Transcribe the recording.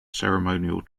ceremonial